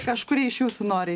kažkuri iš jūsų nori